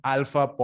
Alpha